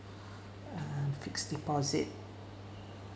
uh fixed deposit